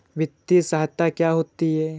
वित्तीय सहायता क्या होती है?